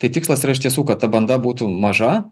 tai tikslas yra iš tiesų kad ta banda būtų maža